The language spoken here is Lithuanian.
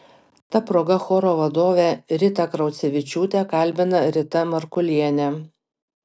ta proga choro vadovę ritą kraucevičiūtę kalbina rita markulienė